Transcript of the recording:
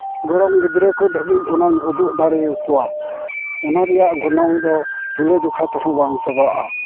ᱜᱚᱲᱚᱢ ᱜᱤᱫᱽᱨᱟᱹ ᱠᱚ ᱫᱷᱟᱹᱵᱤᱡ ᱚᱱᱟᱧ ᱩᱫᱩᱜ ᱫᱟᱲᱮᱭᱟᱠᱚᱣᱟ ᱚᱱᱟ ᱨᱮᱭᱟᱜ ᱜᱚᱱᱚᱝ ᱫᱚ ᱛᱩᱞᱟᱹᱡᱚᱠᱷᱟ ᱛᱮᱦᱚᱸ ᱵᱟᱝ ᱪᱟᱵᱟᱜᱼᱟ